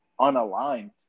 unaligned